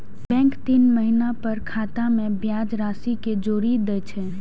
bank तीन महीना पर खाता मे ब्याज राशि कें जोड़ि दै छै